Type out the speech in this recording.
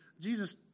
Jesus